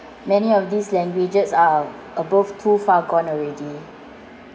many of these languages are above too far gone already